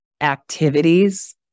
activities